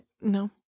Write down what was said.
No